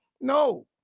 No